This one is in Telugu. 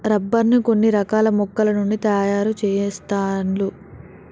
రబ్బర్ ను కొన్ని రకాల మొక్కల నుండి తాయారు చెస్తాండ్లు